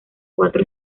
cuatro